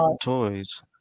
toys